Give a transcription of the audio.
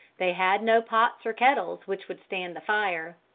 they had no pots or kettles which would stand the fire.